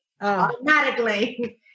Automatically